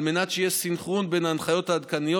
על מנת שיהיה סנכרון בין ההנחיות העדכניות